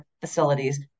facilities